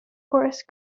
course